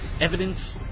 Evidence